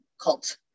cult